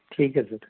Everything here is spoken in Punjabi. ਠੀਕ ਹੈ ਸਰ